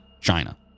China